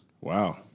Wow